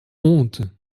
honte